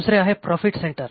दुसरे आहे profit centre